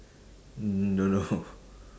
mm don't know